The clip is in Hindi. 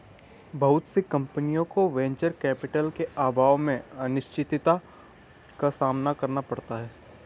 बहुत सी कम्पनियों को वेंचर कैपिटल के अभाव में अनिश्चितता का सामना करना पड़ता है